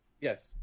Yes